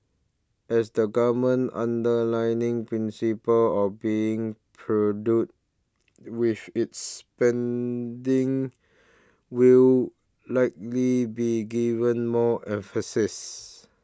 as the Government's underlying principle of being prudent with its spending will likely be given more emphasis